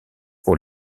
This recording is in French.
pour